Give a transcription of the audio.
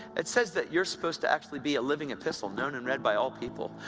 it says that you're supposed to actually be a living epistle, known and read by all people.